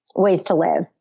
ways to live.